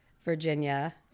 virginia